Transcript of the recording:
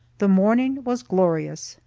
the morning was glorious.